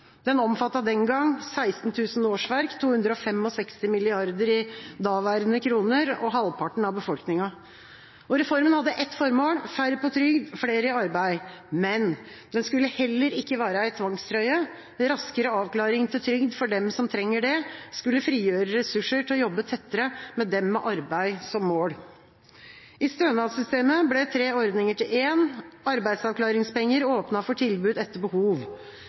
Den omfattet den gangen 16 000 årsverk, 265 mrd. kr – daværende kroner – og halvparten av befolkningen. Reformen hadde ett formål: færre på trygd, flere i arbeid. Men den skulle ikke være en tvangstrøye. Raskere avklaring til trygd for dem som trenger det, skulle frigjøre ressurser til å jobbe tettere med dem som har som mål å komme i arbeid. I stønadssystemet ble tre ordninger til én. Arbeidsavklaringspenger åpnet for tilbud etter behov.